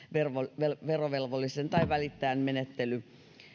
silloin kun verovelvollisen tai välittäjän menettely